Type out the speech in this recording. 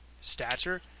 stature